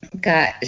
got